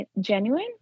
genuine